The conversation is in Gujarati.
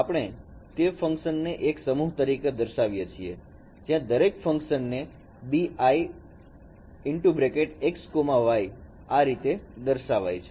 આપણે તે ફંકશન ને એક સમૂહ તરીકે દર્શાવીએ છીએ જ્યાં દરેક ફંકશન ને b i xy આ રીતે દર્શાવે છે